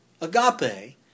agape